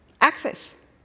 Access